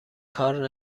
کار